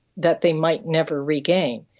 that they might never regain,